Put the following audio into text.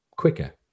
quicker